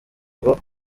ngo